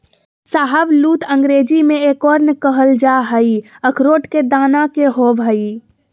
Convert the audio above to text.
शाहबलूत अंग्रेजी में एकोर्न कहल जा हई, अखरोट के दाना के होव हई